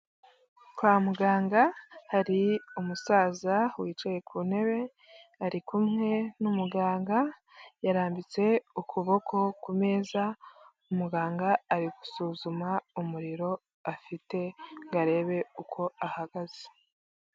Kwa muganga hari umusaza wicaye ku ntebe, ari kumwe n'umuganga, yarambitse ukuboko ku meza, umuganga ari gusuzuma umuriro afite ngo arebe uko ahagaze.